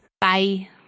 Bye